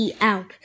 out